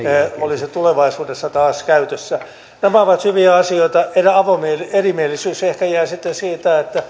olisi tulevaisuudessa taas käytössä nämä ovat hyviä asioita avoin erimielisyys ehkä jää sitten siitä